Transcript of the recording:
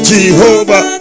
Jehovah